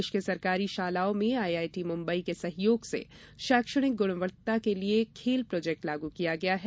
प्रदेश के सरकारी शालाओं में आईआईटी मुंबई के सहयोग से शैक्षणिक गुणवत्ता के लिए खेल प्रोजेक्ट लागू किया गया है